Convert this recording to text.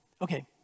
Okay